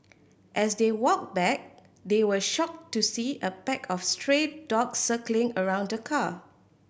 as they walked back they were shocked to see a pack of stray dogs circling around the car